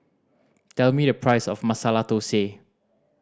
tell me the price of Masala Thosai